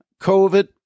COVID